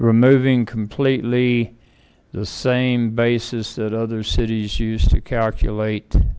emoving completely the same bases that other cities used to calculate